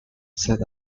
set